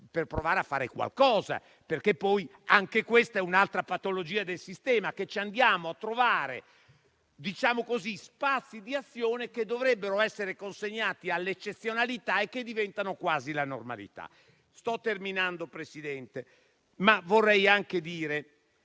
per provare a fare qualcosa. Anche questa è un'altra patologia del sistema: andiamo a trovare - per così dire - spazi di azione che dovrebbero essere consegnati all'eccezionalità e che diventano quasi la normalità. Sto terminando, signor Presidente, ma vorrei anche dire